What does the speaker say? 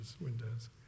windows